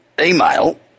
email